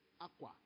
Aqua